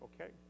Okay